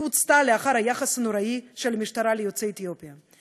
היא הוצתה לאחר היחס הנוראי של המשטרה ליוצאי אתיופיה,